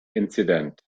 incident